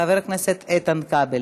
חבר הכנסת איתן כבל.